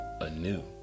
anew